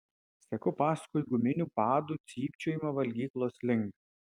seku paskui guminių padų cypčiojimą valgyklos link